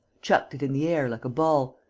chucked it in the air, like a ball,